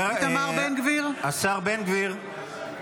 השר בן גביר.